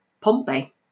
Pompey